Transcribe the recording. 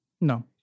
No